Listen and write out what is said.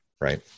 right